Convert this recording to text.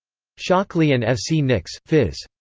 shockley and f. c. nix, phys.